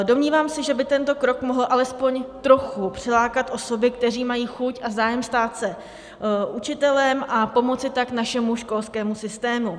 Domnívám se, že by tento krok mohl alespoň trochu přilákat osoby, které mají chuť a zájem stát se učitelem, a pomoci tak našemu školskému systému.